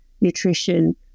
nutrition